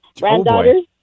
Granddaughters